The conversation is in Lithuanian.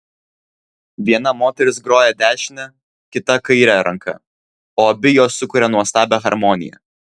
viena moteris groja dešine kita kaire ranka o abi jos sukuria nuostabią harmoniją